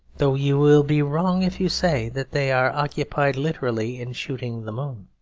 though you will be wrong if you say that they are occupied literally in shooting the moon.